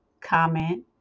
comment